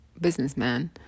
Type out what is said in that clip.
businessman